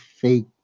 fake